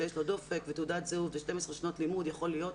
שיש לו דופק ותעודת זהות ו-12 שנות לימוד יכול להיות